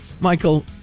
Michael